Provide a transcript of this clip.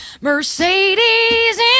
mercedes